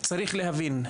צריך להבין,